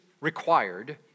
required